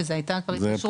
שזו היתה התקשרות,